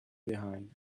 behind